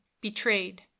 betrayed